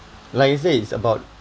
like I said it's about